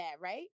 right